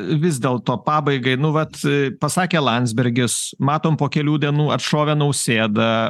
vis dėlto pabaigai nu vat e pasakė landsbergis matom po kelių dienų atšovė nausėda